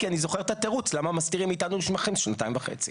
כי אני זוכר את התירוץ למה מסתירים מאיתנו מסמכים שנתיים וחצי.